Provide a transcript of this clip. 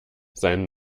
seinen